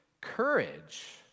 courage